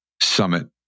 Summit